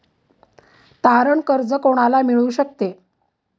तारण कर्ज कोणाला मिळू शकते?